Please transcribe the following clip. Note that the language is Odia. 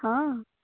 ହଁ